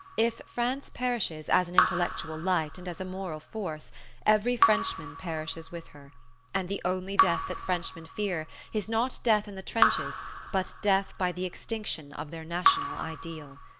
if france perishes as an intellectual light and as a moral force every frenchman perishes with her and the only death that frenchmen fear is not death in the trenches but death by the extinction of their national ideal.